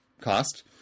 cost